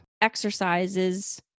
exercises